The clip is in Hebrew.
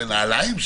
נעליים,